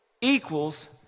equals